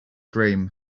dream